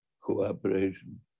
cooperation